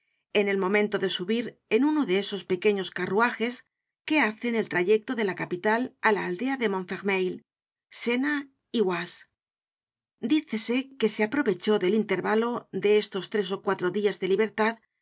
en el momento de subir en uno de esos peque ños carruajes que hacen el trayecto de la capital á la aldea de mont fermeil sena y oise dícese que se aprovechó del intervalo de estos tres ó cuatro dias de libertad